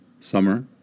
Summer